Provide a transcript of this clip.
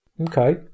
okay